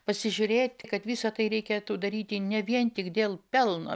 pasižiūrėt kad visa tai reikėtų daryti ne vien tik dėl pelno